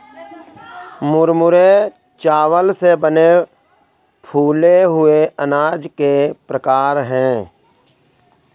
मुरमुरे चावल से बने फूले हुए अनाज के प्रकार है